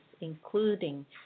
including